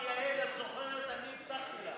אתה זוכר את היום שבאתי.